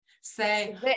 say